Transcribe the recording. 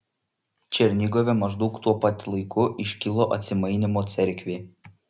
černigove maždaug tuo pat laiku iškilo atsimainymo cerkvė